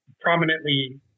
prominently